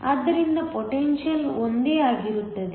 ಆದ್ದರಿಂದ ಪೊಟೆನ್ಶಿಯಲ್ ಒಂದೇ ಆಗಿರುತ್ತದೆ